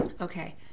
Okay